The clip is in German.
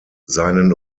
seinen